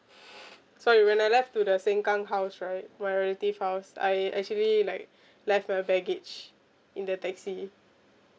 sorry when I left to the sengkang house right my relative house I actually like left my baggage in the taxi